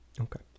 Okay